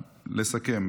לסכם.